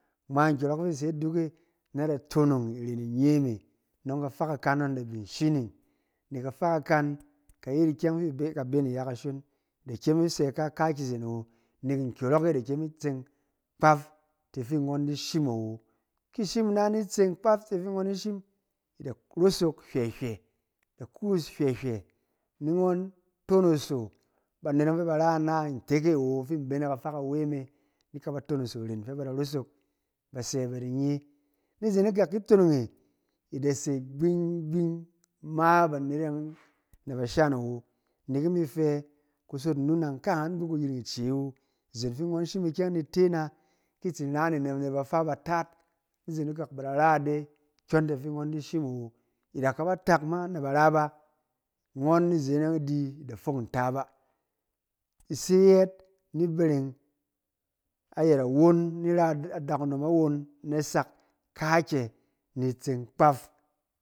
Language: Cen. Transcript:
. Ngma nkyɔrɔk yɔng fi nse nduk e na da tonong iren inye me, nɔng kafa kakan nghɔn da bin shining nek kafa kakan kayet ikyɛng fi ibe, ka be ni iyakashon, ida kyem isɛ ika ka ki izen awo nek nkyɔrɔk e da kyem in tseng kpaff ti fi nghɔn di shim awo, ki shim ina ni intseng kpaff ti fi nghɔn di shim, ida rosok bwɛ hwɛ, ida kuus hwɛ-hwɛ ni nghɔn tɔnɔsɔ ba net yɔng fɛ bar a ina intek e awo fi in be n aka fa kawe me, ni ikaba tonoso iren fɛ ba da nosok ba dise ba di nyɛ ni izen ikak ki itonong e ida set gbing-gbing ma banet e yɔng na ba shan awo. Nek imi fɛ kusot nnunang ka ngbaan bi kayiring ie wu, izen fi nghɔn shim ikyɛng ni ite ana ki itsin ra yin ne na banet bafa bataat, ni izen ikak ba da ra ide kyɔntifi nghɔn di shim awo. Ida kaba tak ma naba raba, nghɔn ni izen e yɔng idi ida fok nta ba. Ise yɛɛt ni bereng a yɛt awon ni ira adakanom awon na sak ka kyɛ ni itseng kpaff.